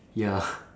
ya